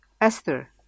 Esther